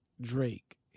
Drake